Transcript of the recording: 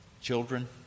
Children